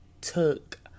took